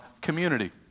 community